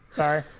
sorry